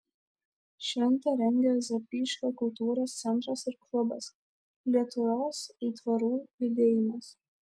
šventę rengia zapyškio kultūros centras ir klubas lietuvos aitvarų judėjimas